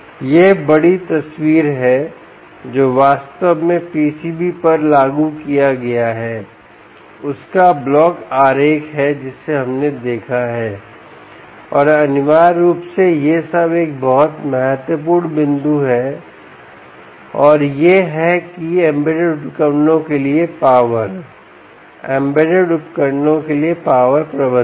यह बड़ी तस्वीर है जो वास्तव में पीसीबी पर लागू किया गया है उसका ब्लॉक आरेख है जिसे हमने देखा है और अनिवार्य रूप से यह सब एक बहुत महत्वपूर्ण बिंदु है और यह है कि एम्बेडेड उपकरणों के लिए पावर एम्बेडेड उपकरणों के लिए पावर प्रबंधन